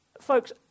Folks